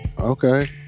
Okay